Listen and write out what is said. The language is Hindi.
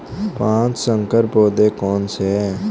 पाँच संकर पौधे कौन से हैं?